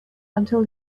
until